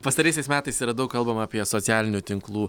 pastaraisiais metais yra daug kalbama apie socialinių tinklų